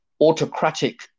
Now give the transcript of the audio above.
autocratic